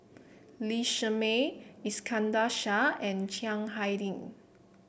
Lee Shermay Iskandar Shah and Chiang Hai Ding